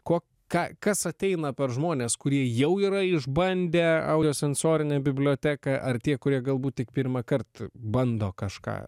ko ką kas ateina per žmonės kurie jau yra išbandę audio sensorinę biblioteką ar tie kurie galbūt tik pirmąkart bando kažką